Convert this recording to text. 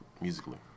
musically